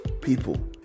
people